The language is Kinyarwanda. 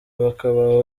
bakabaha